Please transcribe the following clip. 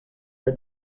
her